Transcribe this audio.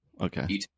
Okay